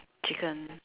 chicken